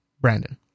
Brandon